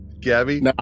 Gabby